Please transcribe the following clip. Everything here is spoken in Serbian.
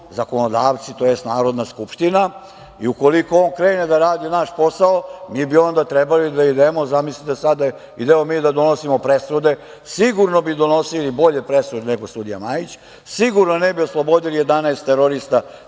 zakonodavci, tj. Narodna skupština i ukoliko krene da radi naš posao, mi bi onda trebali da idemo, zamisliste sada, da idemo mi da donosimo presude. Sigurno bi donosili bolje presude nego sudija Majić, sigurno da ne bi oslobodili 11 terorista